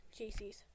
jc's